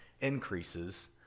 increases